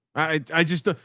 i just don't.